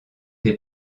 des